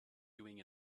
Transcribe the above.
doing